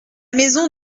maison